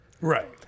right